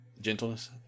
Gentleness